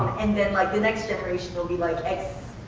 and then like the next generation will be, like x,